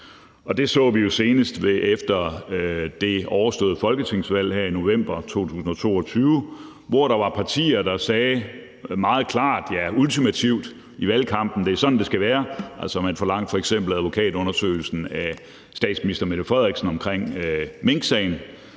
Det så vi jo senest efter det overståede folketingsvalg her i november 2022, hvor der var partier, der sagde meget klart, ja, ultimativt i valgkampen: Det er sådan, det skal være. Man forlangte f.eks. advokatundersøgelsen af statsminister Mette Frederiksen omkring minksagen.